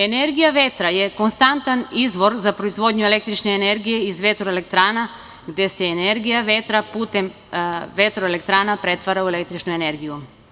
Energija vetra je konstantan izvor za proizvodnju električne energije iz vetro-elektrana, gde se energija vetra putem vetro-elektrana pretvara u električnu energiju.